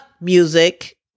music